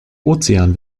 ozean